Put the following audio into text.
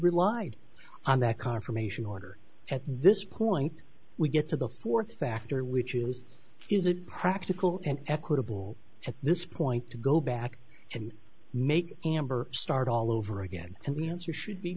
relied on that confirmation order at this point we get to the fourth factor which is is it practical and equitable at this point to go back and make amber start all over again and the answer should be